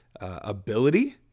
ability